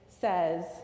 says